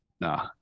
nah